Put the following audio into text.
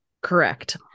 Correct